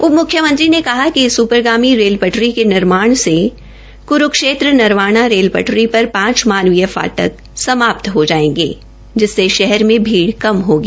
उप म्ख्यमंत्री ने कहा कि इस ऊपरगामी रेल पटरी के निर्माण से क्रूक्षेत्र नरवाना रेल पटरी पर पांच मानवीय फाटक समाप्त् हो जायेंगे जिसे शहर में भीड़ कम होगी